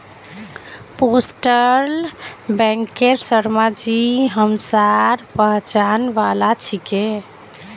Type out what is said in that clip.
postal बैंकेर शर्माजी हमसार पहचान वाला छिके